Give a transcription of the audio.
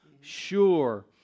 sure